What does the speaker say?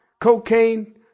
Cocaine